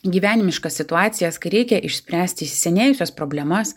į gyvenimiškas situacijas kai reikia išspręsti įsisenėjusias problemas